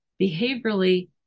behaviorally